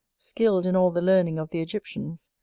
skilled in all the learning of the egyptians,